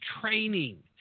training